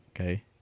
Okay